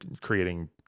creating